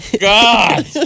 God